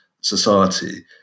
society